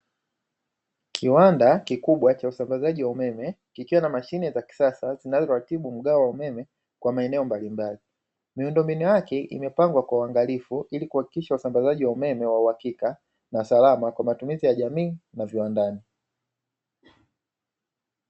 Kiwanda kikubwa cha usambazaji wa umeme kikiwa na mashine za kisasa zinazoratibu mgao wa umeme kwa maeneo mbalimbali. Miundombinu yake imepangwa kwa uangalifu kuhakikisha usambazaji wa umeme wa uhakika, na salama kwa matumizi ya jamii na viwandani